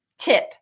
tip